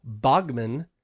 Bogman